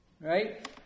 right